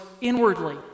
inwardly